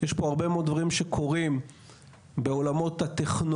יש פה הרבה מאוד דברים שקורים בעולמות הטכנולוגיה